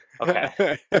okay